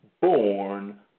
born